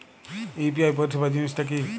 UPI পরিসেবা জিনিসটা কি?